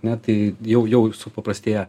ne tai jau jau supaprastėja